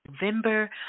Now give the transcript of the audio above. November